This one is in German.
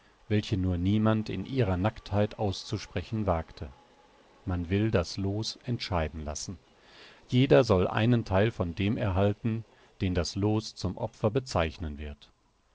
welche nur niemand in ihrer nacktheit auszusprechen wagte man will das loos entscheiden lassen jeder soll einen theil von dem erhalten den das loos zum opfer bezeichnen wird